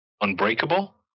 Unbreakable